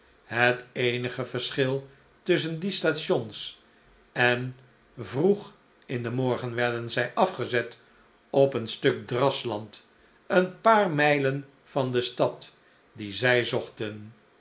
gelegen heteenige verschil tusschen die stations en vroeg in den morgen werden zij afgezet op een stuk drasland een paar mijlen van de stad die zij zochten